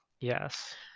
yes